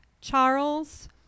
Charles